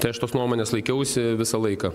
tai aš tos nuomonės laikiausi visą laiką